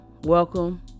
welcome